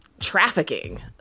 trafficking